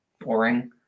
boring